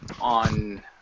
on